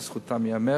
לזכותם ייאמר,